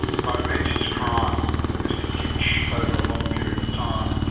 momentous crime with mr kinch over a long period of time,